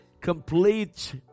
complete